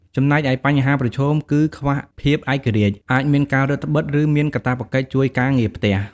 ចំណែកឯបញ្ហាប្រឈមគឺខ្វះភាពឯករាជ្យ អាចមានការរឹតត្បិត ឬមានកាតព្វកិច្ចជួយការងារផ្ទះ។